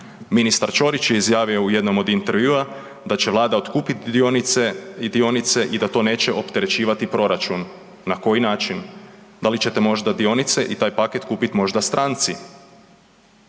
ministar Ćorić je izjavio u jednom od intervjua da će Vlada otkupiti dionice i dionice i da to neće opterećivati proračun. Na koji način? Da li će te možda dionice i taj paket kupit možda stranici?